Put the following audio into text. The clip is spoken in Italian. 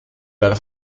della